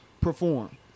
perform